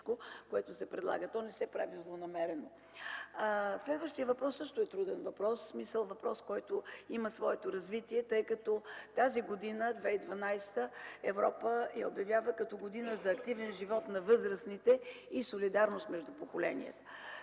което се предлага. То не се прави злонамерено. Следващият въпрос също е труден въпрос. В смисъл въпрос, който има своето развитие, тъй като 2012 г. Европа я обявява като година за активен живот на възрастните и солидарност между поколенията.